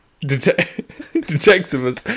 Detectives